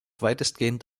weitestgehend